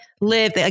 live